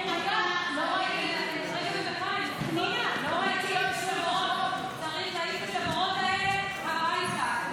צריך להעיף את המורות האלה הביתה.